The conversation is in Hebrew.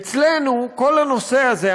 אצלנו כל הנושא הזה,